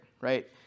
right